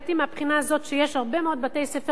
בעייתי מהבחינה הזאת שיש הרבה מאוד בתי-ספר